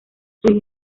sus